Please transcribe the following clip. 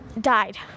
died